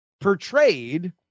portrayed